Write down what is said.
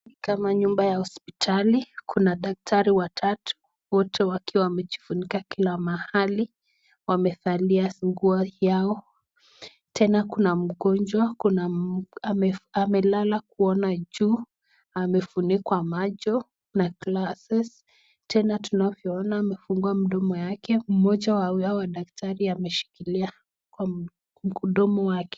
Kama nyumba ya hospitali kuna daktari watatu wote wakiwa wamejifunika kila mahali wamevalia nguo yao. Tena kuna mgonjwa amelala kuona juu, amefunikwa macho na glasses tena tunavyoona amefungua mdomo wake, mmoja wa hawa madaktari ameshikilia mdomo wake.